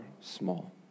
small